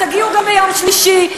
תגיעו גם ביום שלישי,